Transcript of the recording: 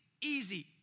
easy